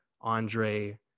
Andre